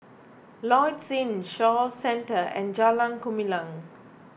Lloyds Inn Shaw Centre and Jalan Gumilang